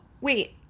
wait